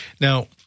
Now